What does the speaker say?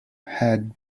had